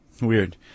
weird